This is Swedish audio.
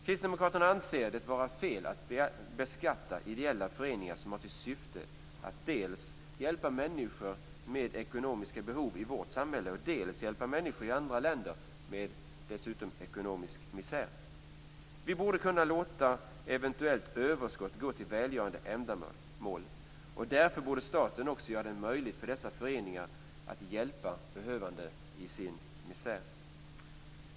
Kristdemokraterna anser det vara fel att beskatta ideella föreningar som har till syfte att dels hjälpa människor med ekonomiska behov i vårt samhälle, dels hjälpa människor i andra länder med ekonomisk misär. Vi borde kunna låta ett eventuellt överskott gå till välgörande ändamål. Därför borde staten också göra det möjligt för dessa föreningar att hjälpa behövande i deras misär.